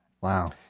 Wow